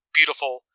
beautiful